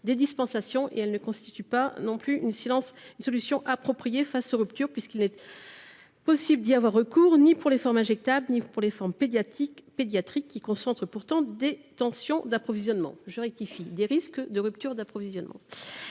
des dispensations. Elle ne constitue pas non plus une solution appropriée face aux ruptures, puisqu’il n’est possible d’y avoir recours ni pour les formes injectables ni pour les formes pédiatriques, qui concentrent pourtant la majorité des risques de ruptures d’approvisionnement.